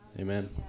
amen